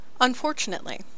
Unfortunately